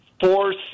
force